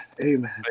amen